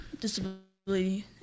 disability